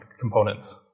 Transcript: components